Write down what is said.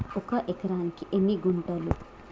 ఒక ఎకరానికి ఎన్ని గుంటలు?